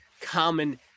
common